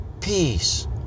peace